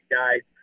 guys